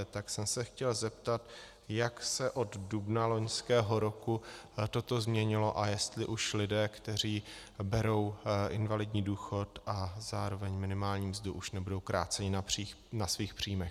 Tak jsem se chtěl zeptat, jak se od dubna loňského roku toto změnilo a jestli už lidé, kteří berou invalidní důchod a zároveň minimální mzdu, nebudou kráceni na svých příjmech.